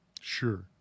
Sure